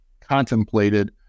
contemplated